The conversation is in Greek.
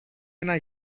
ένα